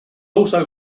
also